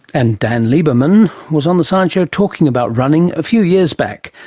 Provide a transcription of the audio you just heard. and dan lieberman was on the science show talking about running a few years back.